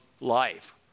life